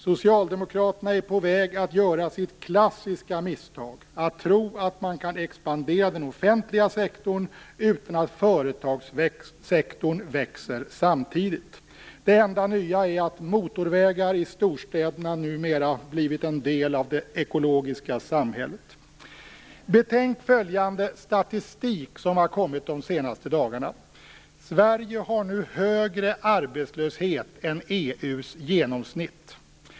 Socialdemokraterna är på väg att göra sitt klassiska misstag: att tro att man kan expandera den offentliga sektorn utan att företagssektorn växer samtidigt. Det enda nya är att motorvägar i storstäderna numera blivit en del av det ekologiska samhället. Betänk följande statistik som har kommit de senaste dagarna. Sverige har nu högre arbetslöshet än EU:s genomsnitt.